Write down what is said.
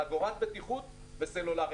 חגורת בטיחות וסלולרי.